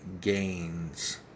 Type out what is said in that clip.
gains